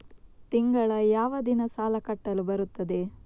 ತಿಂಗಳ ಯಾವ ದಿನ ಸಾಲ ಕಟ್ಟಲು ಬರುತ್ತದೆ?